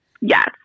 Yes